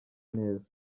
neza